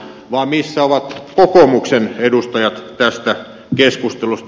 vaan missä ovat kokoomuksen edustajat tästä keskustelusta